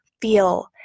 feel